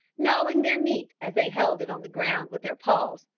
gnawing their meat as they held it on the ground with their paws,